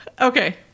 Okay